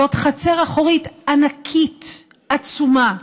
זאת חצר אחורית ענקית, עצומה,